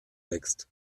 wächst